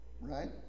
Right